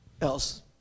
else